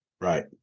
Right